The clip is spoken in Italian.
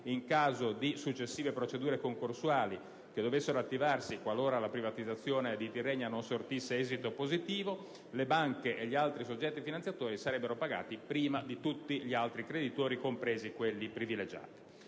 in caso di successive procedure concorsuali che dovessero attivarsi qualora la privatizzazione di Tirrenia non sortisse esito positivo, le banche e gli altri soggetti finanziatori sarebbero pagati prima di tutti gli altri creditori, compresi quelli privilegiati.